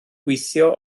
gweithio